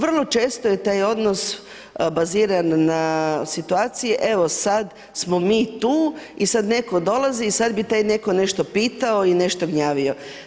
Vrlo često je taj odnos baziran na situaciji „evo sad smo mi tu i sad netko dolazi i sad bi taj netko nešto pitao i nešto gnjavio“